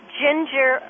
ginger